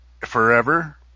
forever